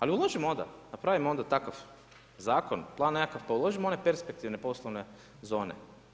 Ali, uložimo onda, napravimo onda takav zakon, plan nekakav položimo, one perspektivne poslovne zone.